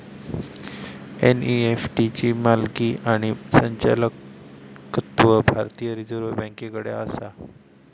NEFT ची मालकी आणि संचालकत्व भारतीय रिझर्व बँकेकडे आसा